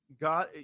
god